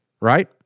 Right